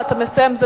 אתה מסיים.